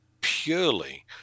purely